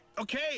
Okay